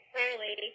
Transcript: early